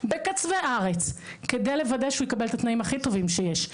בקצווי הארץ כדי לוודא שהוא יקבל את התנאים הכי טובים שיש,